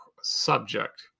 subject